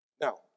Now